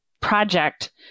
project